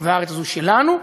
והארץ הזאת שלנו.